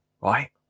Right